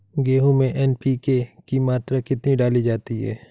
गेहूँ में एन.पी.के की मात्रा कितनी डाली जाती है?